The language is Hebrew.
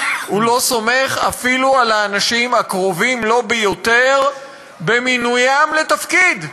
הוא לא סומך אפילו על האנשים הקרובים לו ביותר במינוים לתפקיד.